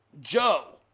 Joe